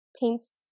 paints